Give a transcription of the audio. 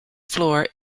floor